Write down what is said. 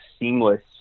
seamless